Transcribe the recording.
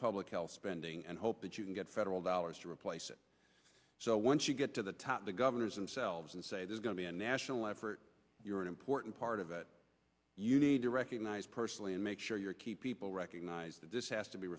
public health spending and hope that you can get federal dollars to replace it so once you get to the top the governors and selves and say there's going to be a national effort you're an important part of it you need to recognize personally and make sure your key people recognize that this has to be